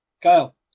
Kyle